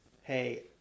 hey